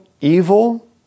evil